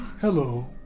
Hello